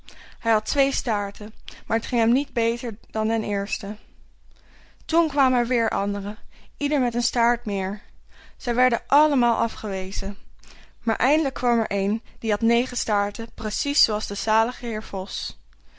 hij had twee staarten maar het ging hem niet beter dan den eersten toen kwamen er weer anderen ieder met een staart meer zij werden allemaal afgewezen maar eindelijk kwam er een die had negen staarten precies zooals de zalige heer vos